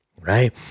right